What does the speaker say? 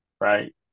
right